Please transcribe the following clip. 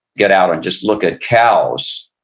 get out and just look at cows,